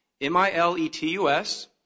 M-I-L-E-T-U-S